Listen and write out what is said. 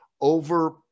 over